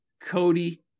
Cody